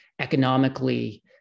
economically